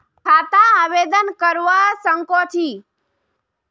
खाता आवेदन करवा संकोची?